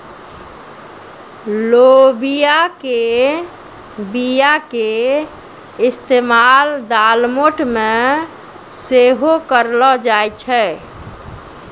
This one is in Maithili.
लोबिया के बीया के इस्तेमाल दालमोट मे सेहो करलो जाय छै